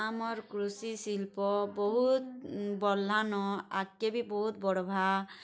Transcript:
ଆମର୍ କୃଷି ଶିଳ୍ପ ବହୁତ୍ ବଢ଼୍ଲାନ ଆଗ୍କେ ବହୁତ୍ ବଢ଼୍ବା